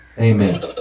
Amen